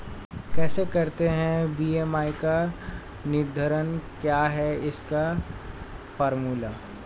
कैसे करते हैं बी.एम.आई का निर्धारण क्या है इसका फॉर्मूला?